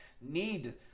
need